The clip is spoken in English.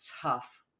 tough